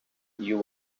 you